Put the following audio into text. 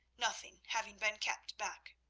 nothing having been kept back.